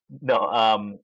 No